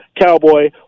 Cowboy